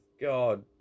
god